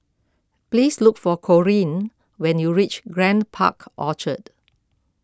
please look for Corinne when you reach Grand Park Orchard